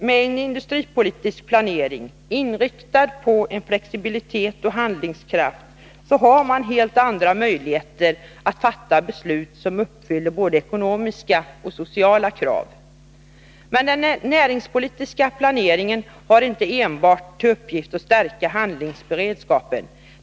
Med en industripolitisk planering, inriktad på flexibilitet och handlingsberedskap, har man helt andra möjligheter att fatta beslut som uppfyller både ekonomiska och sociala krav. Men den näringspolitiska planeringen har inte enbart till uppgift att stärka handlingsberedskapen.